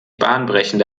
bahnbrechende